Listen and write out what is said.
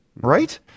right